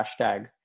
hashtag